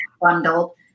bundle